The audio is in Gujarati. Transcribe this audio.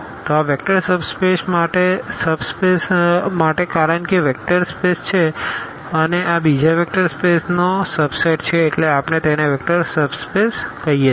તો આ વેક્ટર સબ સ્પેસ માટે કારણ કે વેક્ટર સ્પેસ છે અને આ બીજા વેક્ટર સ્પેસRn નો સબ સેટ છે એટલે આપણે તેને વેક્ટર સબ સ્પેસ કહીએ છે